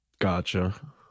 Gotcha